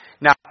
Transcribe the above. Now